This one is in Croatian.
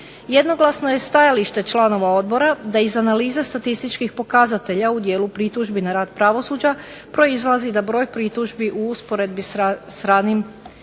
Jednoglasno je stajalište članova Odbora da iz analize statističkih pokazatelja u dijelu pritužbi na rad pravosuđa proizlazi da broj pritužbi u usporedbi s radnim